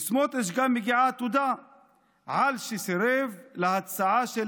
לסמוטריץ' מגיעה תודה גם על שסירב להצעה של